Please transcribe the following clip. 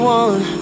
one